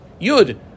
yud